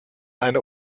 eine